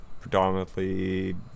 predominantly